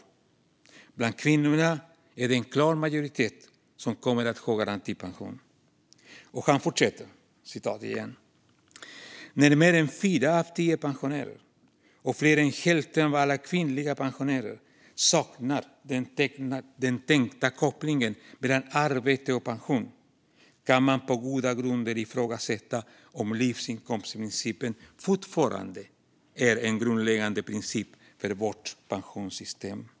Bland kvinnorna är det en klar majoritet som kommer att få garantipension." Han fortsätter: "När mer än fyra av tio pensionärer och fler än hälften av alla kvinnliga pensionärer saknar den tänkta kopplingen mellan arbete och pension kan man på goda grunder ifrågasätta om livsinkomstprincipen fortfarande är en grundläggande princip för vårt pensionssystem."